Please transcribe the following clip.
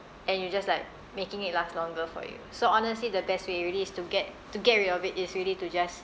and you're just like making it last longer for you so honestly the best way already is to get to get rid of it is really to just